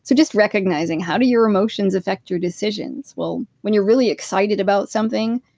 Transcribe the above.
so just recognizing how do your emotions affect your decisions? well, when you're really excited about something,